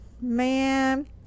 man